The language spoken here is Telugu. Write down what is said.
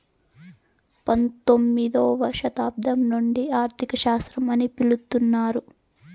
పంతొమ్మిదవ శతాబ్దం నుండి ఆర్థిక శాస్త్రం అని పిలుత్తున్నారు